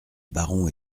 baron